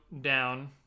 down